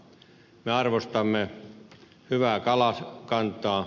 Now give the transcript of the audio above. me arvostamme hyvää kalakantaa